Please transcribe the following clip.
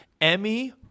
emmy